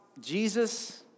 Jesus